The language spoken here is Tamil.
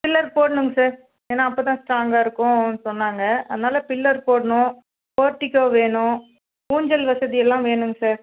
பில்லர் போடணுங்க சார் ஏன்னால் அப்போ தான் ஸ்ட்ராங்காக இருக்கும் சொன்னாங்க அதனால் பில்லர் போடணும் போர்டிகோ வேணும் ஊஞ்சல் வசதி எல்லாம் வேணுங்க சார்